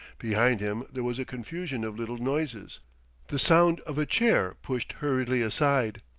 behind him there was a confusion of little noises the sound of a chair pushed hurriedly aside,